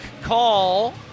call